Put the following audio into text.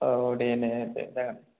औ दे दे दे जागोन